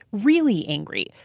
really angry.